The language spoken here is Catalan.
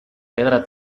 pedra